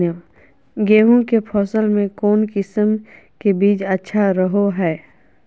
गेहूँ के फसल में कौन किसम के बीज अच्छा रहो हय?